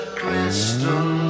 crystal